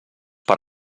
per